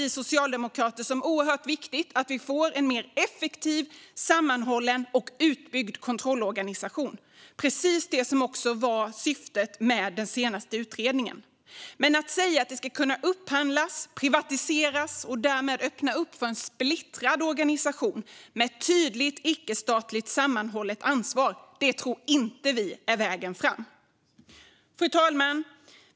Vi socialdemokrater ser det som oerhört viktigt att vi får en mer effektiv, sammanhållen och utbyggd kontrollorganisation, precis det som var syftet med den senaste utredningen. Men att säga att det ska upphandlas och privatiseras och därmed öppna för en splittrad organisation med tydligt icke-statligt sammanhållet ansvar tror vi inte är vägen framåt. Fru talman!